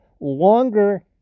longer